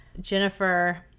Jennifer